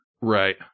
Right